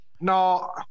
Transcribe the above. No